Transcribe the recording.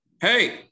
Hey